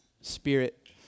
Spirit